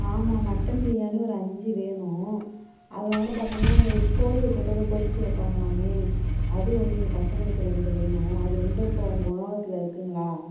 ஆமாம் மட்டன் பிரியாணி ஒரு அஞ்சு வேணும் அதனோடு பார்த்திங்ன்னா இந்த கோழியை போட்டு ஏதோ பொறிச்சு வைப்பாங்களாமே அது ஒன்று எங்கள் பசங்களுக்கு ரெண்டு வேணும் அது ரெண்டும் இப்போ உங்கள் உணவகத்தில் இருக்குங்களா